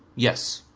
yes,